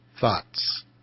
thoughts